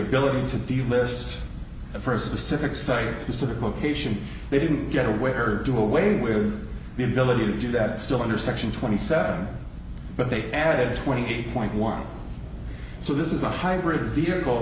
ability to delist a first pacific site specific location they didn't get away or do away with the ability to do that still under section twenty seven but they added twenty eight point one so this is a hybrid vehicle